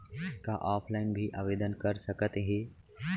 का ऑफलाइन भी आवदेन कर सकत हे?